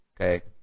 Okay